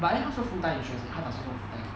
but then 他是 full time insurance leh 他跑去做 full time